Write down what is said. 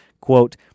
quote